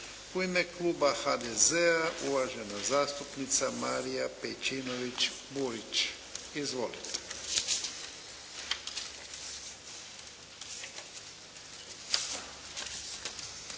U ime kluba HDZ-a uvažena zastupnica Marija Pejčinović Burić. Izvolite.